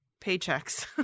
paychecks